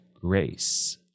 grace